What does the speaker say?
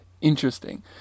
Interesting